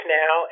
now